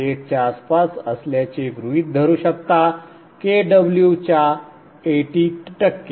8 च्या आसपास असल्याचे गृहीत धरू शकता Kw च्या 80 टक्के